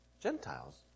Gentiles